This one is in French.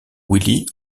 willy